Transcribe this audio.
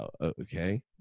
okay